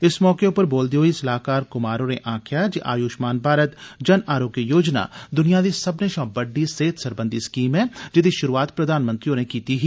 इस मौके उप्पर बोलदे होई सलाहकार कुमार होरें गलाया जे आयुष्मान भारत जन आयोग्य योजना दुनिया दी सब्बने थमां बड्डी सेहत सरबंधी स्कीम ऐ जिसदी शुरूआत प्रधानमंत्री होरें कीती ही